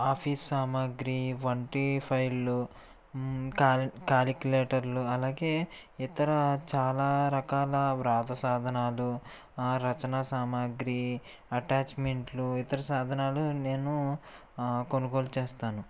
office సామాగ్రీ వంటి ఫైళ్ళు కాలి కాల్కులేటర్లు అలాగే ఇతర చాలా రకాల రాత సాధనాలు ఆ రచన సామాగ్రీ అటాచ్ మెంట్లు ఇతర సాధనాలు నేను కొనుగోలు చేస్తాను